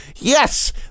yes